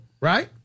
Right